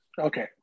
Okay